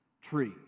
tree